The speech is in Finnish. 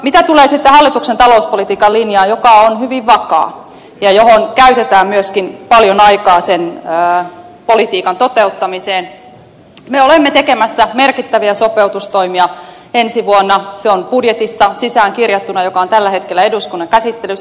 mitä tulee hallituksen talouspolitiikan linjaan joka on hyvin vakaa ja johon käytetään myöskin paljon aikaa sen politiikan toteuttamiseen me olemme tekemässä merkittäviä sopeutustoimia ensi vuonna ja se on budjetissa sisäänkirjattuna joka on tällä hetkellä eduskunnan käsittelyssä